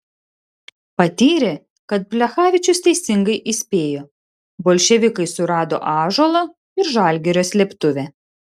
patyrė kad plechavičius teisingai įspėjo bolševikai surado ąžuolo ir žalgirio slėptuvę